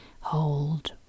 Hold